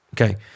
okay